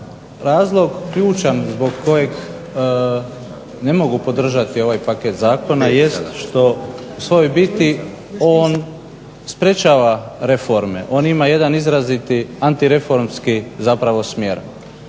razlog ključan zbog kojeg ne mogu podržati ovaj paket zakona jest što u biti on sprječava reforme. On ima jedan izraziti antireformski zapravo smjer.